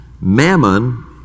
mammon